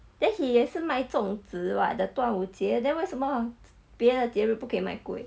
then he 也是卖种子 what the 端午节 then 为什么别的节日不可以卖 kueh